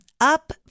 Up